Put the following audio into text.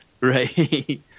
Right